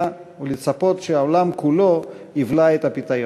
ולצפות שהעולם כולו יבלע את הפיתיון.